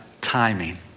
timing